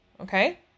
Okay